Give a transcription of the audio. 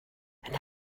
and